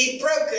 broken